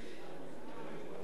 כאחד המציעים.